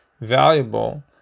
valuable